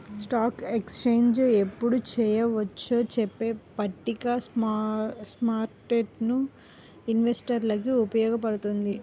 stock exchange ఎప్పుడు చెయ్యొచ్చో చెప్పే పట్టిక స్మార్కెట్టు ఇన్వెస్టర్లకి ఉపయోగపడుతుంది